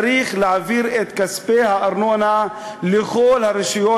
צריך להעביר את כספי הארנונה לכל הרשויות